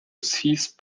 seize